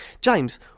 James